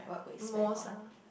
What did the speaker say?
most ah